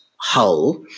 hull